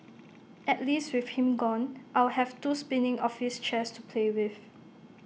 at least with him gone I'll have two spinning office chairs to play with